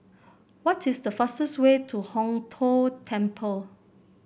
what is the fastest way to Hong Tho Temple